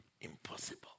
impossible